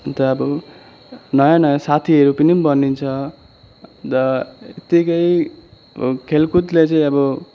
अन्त अब नयाँ नयाँ साथीहरू पनि बनिन्छ अन्त यतिकै अब खेलकुदले चाहिँ अब